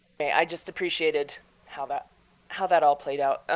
but i just appreciated how that how that all played out.